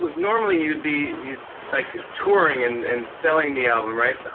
but normally, you'd be like ah touring and and selling the album, right?